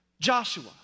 Joshua